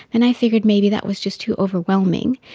and i figured maybe that was just too overwhelming.